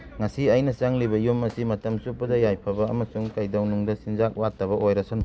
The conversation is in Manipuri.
ꯉꯁꯤ ꯑꯩꯅ ꯆꯪꯂꯤꯕ ꯌꯨꯝ ꯑꯁꯤ ꯃꯇꯝ ꯆꯨꯞꯄꯗ ꯌꯥꯏꯐꯕ ꯑꯃꯁꯨꯡ ꯀꯩꯗꯧꯅꯨꯡꯗ ꯆꯤꯟꯖꯥꯛ ꯋꯥꯠꯇꯕ ꯑꯣꯏꯔꯁꯅꯨ